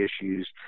issues